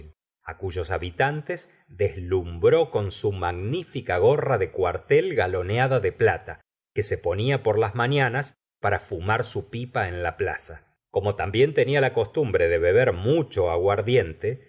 cuyos habitantes deslumbró con su magnífica gorra de cuartel galoneada de plata que se ponía por las mañanas para fumar su pipa en la plaza como también tenía la costumbre de beber mucho aguardiente